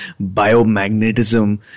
biomagnetism